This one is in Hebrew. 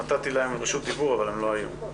נתתי להם רשות דיבור אבל הם לא היו.